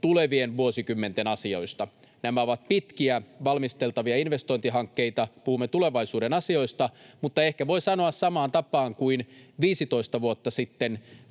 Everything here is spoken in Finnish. tulevien vuosikymmenten asioista. Nämä ovat pitkiä valmisteltavia investointihankkeita. Puhumme tulevaisuuden asioista, mutta ehkä voi sanoa samaan tapaan kuin 15 vuotta sitten: